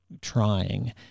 trying